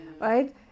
right